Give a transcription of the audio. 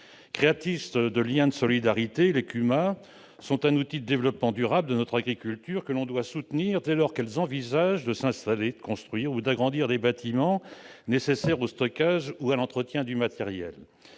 Créatrices de liens de solidarité, les CUMA sont un outil de développement durable de notre agriculture que l'on doit soutenir quand elles envisagent de construire ou d'agrandir des bâtiments nécessaires au stockage ou à l'entretien de matériel.